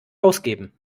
ausgeben